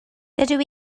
dydw